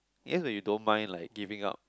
yes that you don't mind like giving up